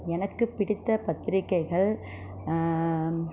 எனக்கு பிடித்த பத்திரிக்கைகள்